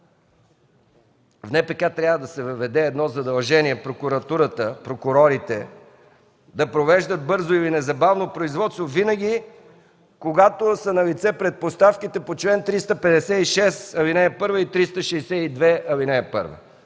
кодекс трябва да се въведе едно задължение прокуратурата, прокурорите да провеждат бързо или незабавно производство винаги когато са налице предпоставките по чл. 356, ал. 1 и чл. 362, ал. 1.